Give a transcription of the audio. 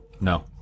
No